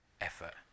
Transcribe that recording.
effort